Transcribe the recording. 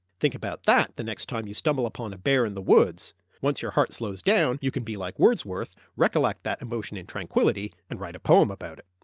think about that the next time you stumble upon a bear in the woods once your heart slows down, you can be like wordsworth, recollect that emotion in tranquillity, and write a poem about it!